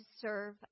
serve